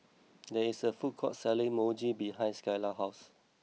there is a food court selling Mochi behind Skyla's house